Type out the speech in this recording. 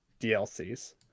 DLCs